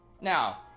now